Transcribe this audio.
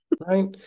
Right